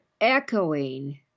echoing